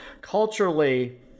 culturally